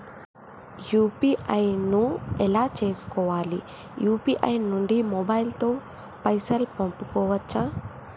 UPI ను ఎలా చేస్కోవాలి యూ.పీ.ఐ నుండి మొబైల్ తో పైసల్ పంపుకోవచ్చా?